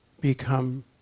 become